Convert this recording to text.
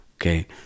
Okay